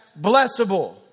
blessable